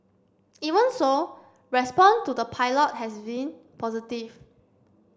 even so response to the pilot has been positive